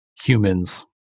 humans